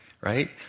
right